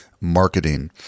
marketing